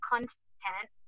content